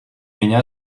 меня